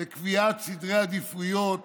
וקביעת סדרי עדיפויות